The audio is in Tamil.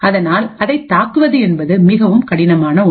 அதனால் அதை தாக்குவது என்பது மிகவும் கடினமான ஒன்று